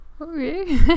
Okay